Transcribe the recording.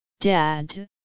Dad